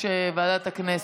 ועדת הכנסת.